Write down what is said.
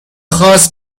خاص